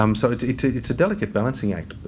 um so, it's it's a delicate balancing act.